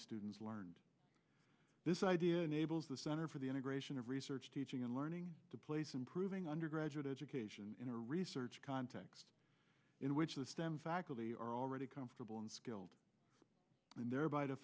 students learned this idea enables the center for the integration of research teaching and learning to place improving undergraduate education in a research context in which the stem faculty are already comfortable and skilled and thereby to